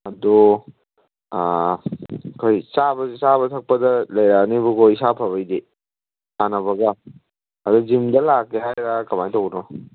ꯑꯗꯣ ꯑꯩꯈꯣꯏ ꯆꯥꯕ ꯊꯛꯄꯗ ꯂꯩꯔꯛꯑꯅꯦꯕꯀꯣ ꯏꯁꯥ ꯐꯕꯩꯗꯤ ꯁꯥꯟꯅꯕꯒ ꯑꯗꯣ ꯖꯤꯝꯗ ꯂꯥꯛꯀꯦ ꯍꯥꯏꯔ ꯀꯃꯥꯏꯅ ꯇꯧꯕꯅꯣ